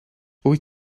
wyt